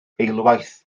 eilwaith